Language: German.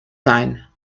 sein